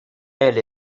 elle